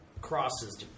crosses